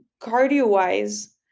cardio-wise